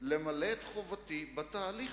את הגודל של החוק.